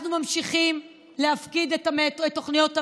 אנחנו ממשיכים להפקיד את תוכניות המטרו.